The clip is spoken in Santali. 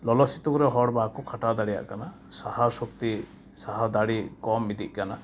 ᱞᱚᱞᱚᱼᱥᱤᱛᱩᱝ ᱨᱮ ᱦᱚᱲ ᱵᱟᱠᱚ ᱠᱷᱟᱴᱟᱣ ᱫᱟᱲᱮᱭᱟᱜ ᱠᱟᱱᱟ ᱥᱟᱦᱟᱣ ᱥᱚᱠᱛᱤ ᱥᱟᱦᱟᱣ ᱫᱟᱲᱮ ᱠᱚᱢ ᱤᱫᱤᱜ ᱠᱟᱱᱟ